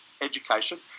education